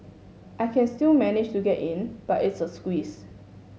I can still manage to get in but it's a squeeze